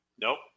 Nope